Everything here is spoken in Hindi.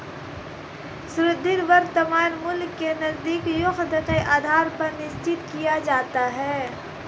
शुद्ध वर्तमान मूल्य को नकदी शृंखला के आधार पर निश्चित किया जाता है